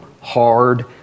hard